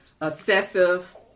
obsessive